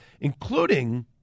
including